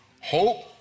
Hope